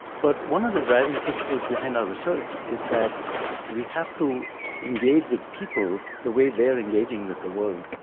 but one of the driving principles behind our research is that we have to engage with people the way they are engaging with the world.